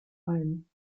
ein